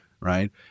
right